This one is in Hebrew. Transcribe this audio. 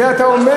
זה אתה אומר.